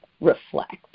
reflect